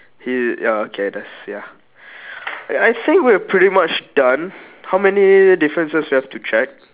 he ya okay that's ya I think we're pretty much done how many difference we have to check